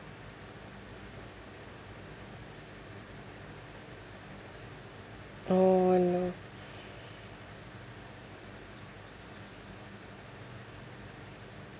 oh no